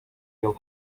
yıl